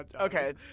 Okay